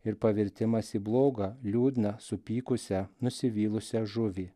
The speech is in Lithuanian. ir pavirtimas į blogą liūdną supykusią nusivylusią žuvį